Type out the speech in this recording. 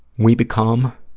we become